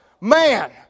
man